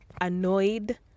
annoyed